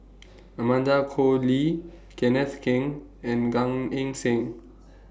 Amanda Koe Lee Kenneth Keng and Gan Eng Seng